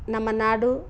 ನಮ್ಮ ನಾಡು